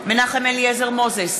מנחם אליעזר מוזס,